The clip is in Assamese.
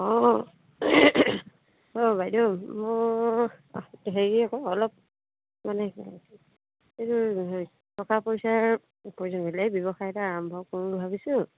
অঁ অঁ বাইদেউ মই হেৰি আকৌ অলপ মানে এইটো টকা পইচাৰ প্ৰয়োজন হৈছিলে এই ব্যৱসায় এটা আৰম্ভ কৰোঁ বুলি ভাবিছোঁ